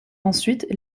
ensuite